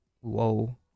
whoa